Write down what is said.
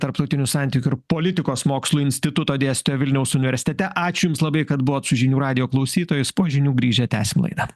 tarptautinių santykių ir politikos mokslų instituto dėstytoja vilniaus universitete ačiū jums labai kad buvot su žinių radijo klausytojais po žinių grįžę tęsim laidą